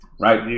right